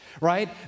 right